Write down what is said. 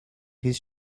his